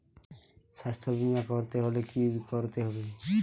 স্বাস্থ্যবীমা করতে হলে কি করতে হবে?